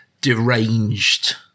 deranged